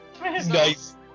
Nice